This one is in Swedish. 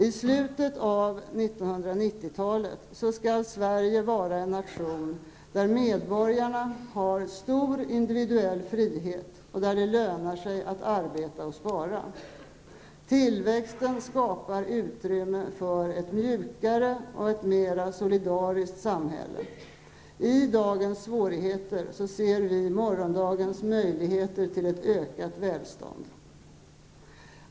I slutet av 1990-talet skall Sverige vara en nation där medborgarna har stor individuell frihet, där det lönar sig att arbeta och spara. Tillväxten skapar utrymme för ett mjukare och mer solidariskt samhälle. I dagens svårigheter ser vi morgondagens möjligheter till ett ökat välstånd.